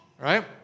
right